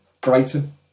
Brighton